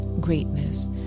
greatness